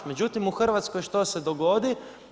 Međutim u Hrvatskoj što se dogodi?